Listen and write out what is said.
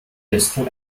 distal